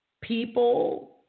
people